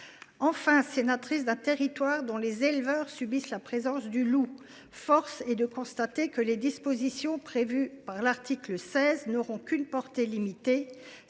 Enfin, sénatrice d’un territoire dont les éleveurs subissent la présence du loup, force est de constater que les dispositions prévues par l’article 16 n’auront qu’une portée limitée.